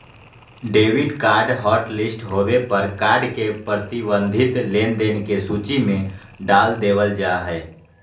debit card hotlist होबे पर card के प्रतिबंधित लेनदेन के सूची में डाल देबल जा हय